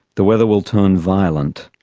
the weather will turn violent.